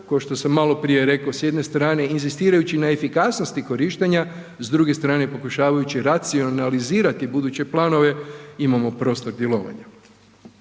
ko što sam maloprije rekao s jedne strane inzistirajući na efikasnosti korištenja, s druge strane pokušavajući racionalizirati buduće planove imamo prostor djelovanja.